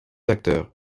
acteurs